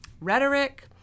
rhetoric